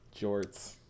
Jorts